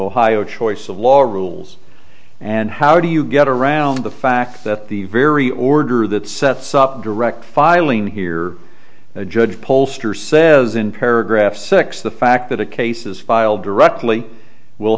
ohio choice of law rules and how do you get around the fact that the very order that sets up direct filing here the judge pollster says in paragraph six the fact that the cases filed directly will